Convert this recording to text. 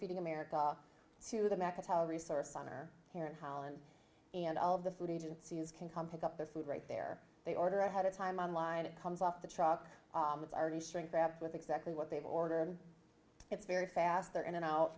feeding america to the market how resource center here in holland and all of the food agencies can come pick up their food right there they order ahead of time on line it comes off the truck it's already shrinkwrapped with exactly what they've ordered it's very fast they're in and out